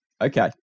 okay